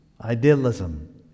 idealism